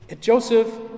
Joseph